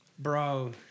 Bro